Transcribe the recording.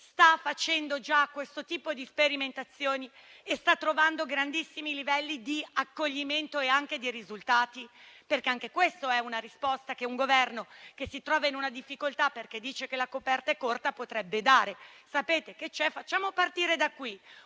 sta facendo già questo tipo di sperimentazioni e sta trovando grandissimi livelli di accoglimento e anche di risultati? Anche questa infatti è una risposta che un Governo, che si trova in difficoltà perché dice che la coperta è corta, potrebbe dare. Sapete che c'è? Facciamo partire da qui